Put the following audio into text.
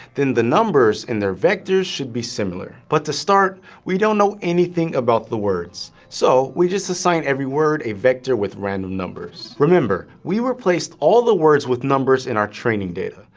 then the numbers in their vectors should be similar. but to start, we don't know anything about the words, so we just assign every word a vector with random numbers. remember we replaced all the words with numbers in our training data,